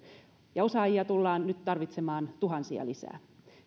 ja osaajia tullaan tarvitsemaan tuhansia lisää